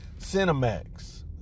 Cinemax